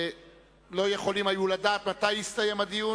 ולא יכולים היו לדעת מתי יסתיים הדיון,